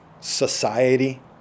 society